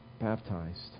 baptized